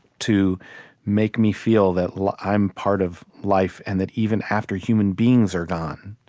to make me feel that like i'm part of life and that even after human beings are gone,